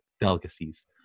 delicacies